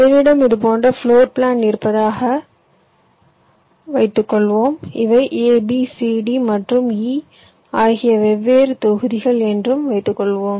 என்னிடம் இது போன்ற பிளோர் பிளான் இருப்பதாகவும் இவை A B C D மற்றும் E ஆகிய வெவ்வேறு தொகுதிகள் என்றும் வைத்துக்கொள்வோம்